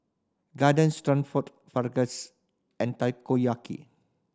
Garden Stroganoff Fajitas and Takoyaki